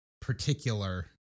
particular